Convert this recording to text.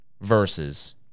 versus